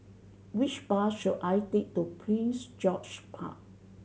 which bus should I take to Prince George's Park